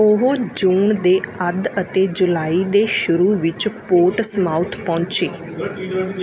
ਉਹ ਜੂਨ ਦੇ ਅੱਧ ਅਤੇ ਜੁਲਾਈ ਦੇ ਸ਼ੁਰੂ ਵਿੱਚ ਪੋਰਟਸਮਾਊਥ ਪਹੁੰਚੇ